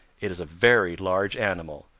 it is a very large animal,